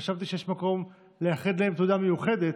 חשבתי שיש מקום לייחד להם תודה מיוחדת,